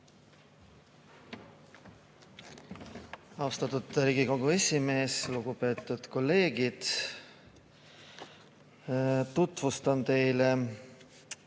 Austatud Riigikogu esimees! Lugupeetud kolleegid! Tutvustan teile